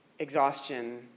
exhaustion